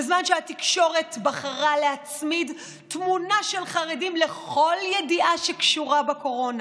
בזמן שהתקשורת בחרה להצמיד תמונה של חרדים לכל ידיעה שקשורה בקורונה,